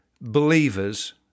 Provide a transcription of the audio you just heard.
believers